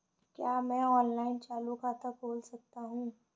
क्या मैं ऑनलाइन चालू खाता खोल सकता हूँ?